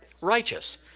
righteous